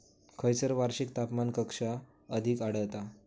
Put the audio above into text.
खैयसर वार्षिक तापमान कक्षा अधिक आढळता?